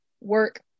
work